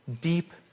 deep